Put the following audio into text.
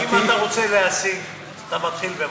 אם אתה רוצה להשיג, אתה מתחיל במשהו.